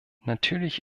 natürlich